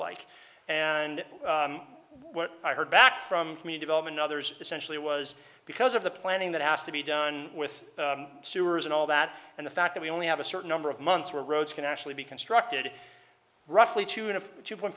like and what i heard back from me development others essentially was because of the planning that has to be done with sewers and all that and the fact that we only have a certain number of months where roads can actually be constructed roughly tune of two point